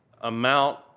amount